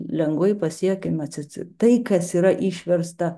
lengvai pasiekiama cice tai kas yra išversta